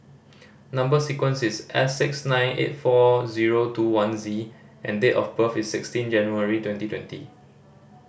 number sequence is S six nine eight four zero two one Z and date of birth is sixteen January twenty twenty